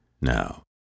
now